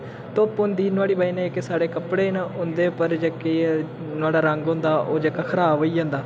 धुप्प होंदी नोहाड़ी बजह् कन्नै जेह्के साढ़े कपड़े न उं'दे पर जेह्की नोहाड़ा रंग होंदा ओह् जेह्का खराब होई जंदा